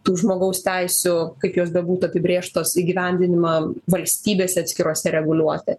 tų žmogaus teisių kaip jos bebūtų apibrėžtos įgyvendinimą valstybėse atskirose reguliuoti